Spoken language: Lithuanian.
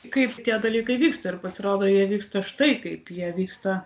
kaip tie dalykai vyksta ir pasirodo jie vyksta štai kaip jie vyksta